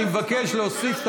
אני מבקש להוסיף את